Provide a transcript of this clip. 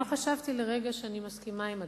לא חשבתי לרגע שאני מסכימה עם הדרך,